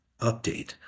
update